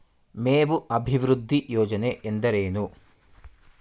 ಮೇವು ಅಭಿವೃದ್ಧಿ ಯೋಜನೆ ಎಂದರೇನು?